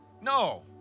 No